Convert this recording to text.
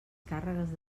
càrregues